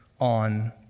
on